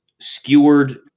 skewered